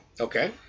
Okay